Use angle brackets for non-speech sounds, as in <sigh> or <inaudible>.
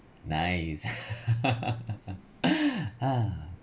nice <laughs> <noise>